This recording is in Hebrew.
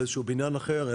בניין אחר.